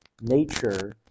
Nature